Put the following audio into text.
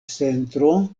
centro